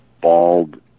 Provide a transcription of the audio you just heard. bald